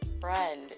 friend